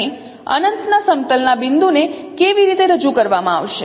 અને અનંતના સમતલ ના બિંદુને કેવી રીતે રજૂ કરવામાં આવશે